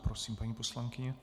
Prosím, paní poslankyně.